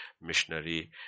missionary